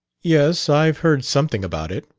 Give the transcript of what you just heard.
yes i've heard something about it.